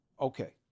Okay